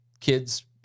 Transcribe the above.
kids